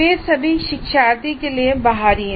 वे सभी शिक्षार्थी के लिए बाहरी हैं